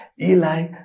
Eli